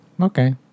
Okay